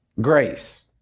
Grace